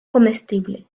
comestible